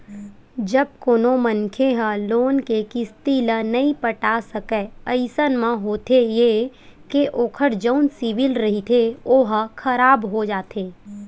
जब कोनो मनखे ह लोन के किस्ती ल नइ पटा सकय अइसन म होथे ये के ओखर जउन सिविल रिहिथे ओहा खराब हो जाथे